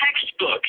textbook